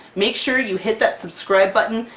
make sure you hit that subscribe button,